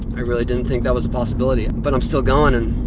i really didn't think that was a possibility, but i'm still going and